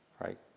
right